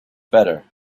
better